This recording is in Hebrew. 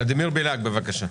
ולדימיר, בבקשה.